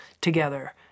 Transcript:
together